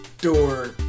door